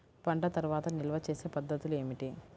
పంట తర్వాత నిల్వ చేసే పద్ధతులు ఏమిటి?